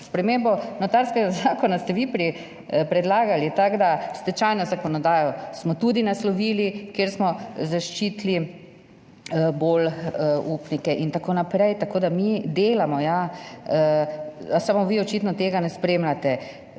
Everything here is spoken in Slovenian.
spremembo notarskega zakona ste vi predlagali. Stečajno zakonodajo smo tudi naslovili, kjer smo bolj zaščitili upnike. In tako naprej. Tako da mi delamo, ja, samo vi očitno tega ne spremljate.